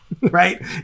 right